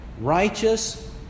righteous